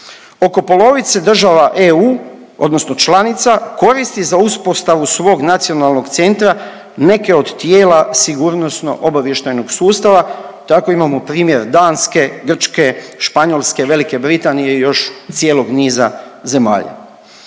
Oko polovice država EU odnosno članica koristi za uspostavu svog nacionalnog centra neke od tijela sigurnosno obavještajnog sustava, tako imamo primjer Danske, Grčke, Španjolske, Velike Britanije i još cijelog niza zemalja.